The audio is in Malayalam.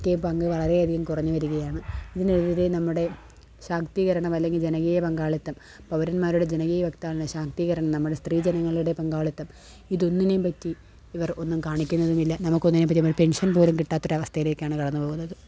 ഒക്കെ പങ്കു വളരെയധികം കുറഞ്ഞു വരികയാണ് ഇതിനെതിരെ നമ്മുടെ ശാക്തീകരണം അല്ലെങ്കിൽ ജനകീയ പങ്കാളിത്തം പൗരന്മാരുടെ ജനകീയ വക്താവെന്ന ശാക്തീകരണം നമ്മുടെ സ്ത്രീജനങ്ങളുടെ പങ്കാളിത്തം ഇതൊന്നിനെയും പറ്റി ഇവർ ഒന്നും കാണിക്കുന്നതുമില്ല നമുക്കൊന്നിനെയും പറ്റി നമ്മുടെ പെൻഷൻ പോലും കിട്ടാത്തൊരവസ്ഥയിലേക്കാണ് കടന്നു പോകുന്നത്